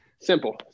Simple